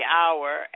hour